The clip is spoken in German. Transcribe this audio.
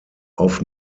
auf